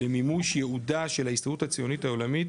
למימוש ייעודה של ההסתדרות העולמית הציונית,